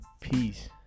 peace